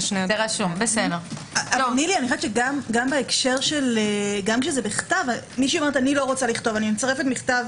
נאמר שמישהו אומרת: רוצה לצרף מכתב